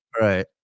right